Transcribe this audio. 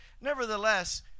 Nevertheless